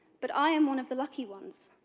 but i am one of the lucky ones.